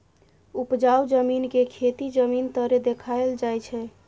उपजाउ जमीन के खेती जमीन तरे देखाइल जाइ छइ